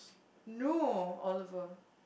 no Oliver